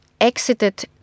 exited